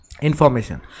information